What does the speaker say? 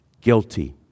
guilty